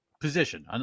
position